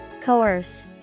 Coerce